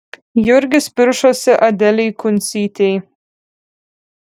jurgis piršosi adelei kuncytei